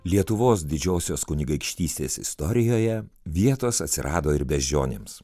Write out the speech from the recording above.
lietuvos didžiosios kunigaikštystės istorijoje vietos atsirado ir beždžionėms